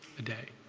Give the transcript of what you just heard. a day.